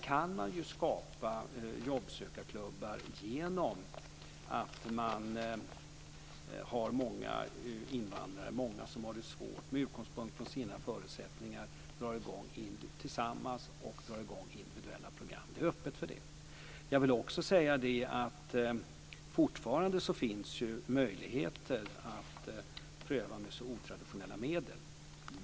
Man kan ju skapa jobbsökarklubbar genom att man har många invandrare, många som har det svårt, som med utgångspunkt i sina förutsättningar tillsammans drar i gång individuella program. Det är öppet för det. Jag vill också säga att det fortfarande finns möjligheter att pröva otraditionella medel.